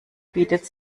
bietet